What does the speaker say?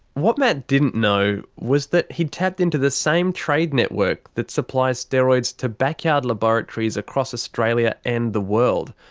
what matt didn't know was that he'd tapped into the same trade network that supplies steroids to backyard laboratories across australia and the world.